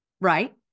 right